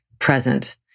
Present